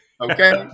Okay